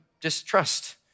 distrust